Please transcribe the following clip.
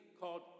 called